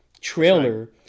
trailer